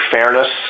fairness